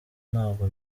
ntabwo